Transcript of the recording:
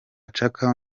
chaka